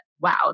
wow